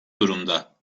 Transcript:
durumda